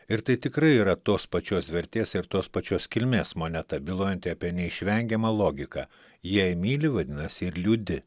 ir tai tikrai yra tos pačios vertės ir tos pačios kilmės moneta bylojanti apie neišvengiamą logiką jei myli vadinasi ir liūdi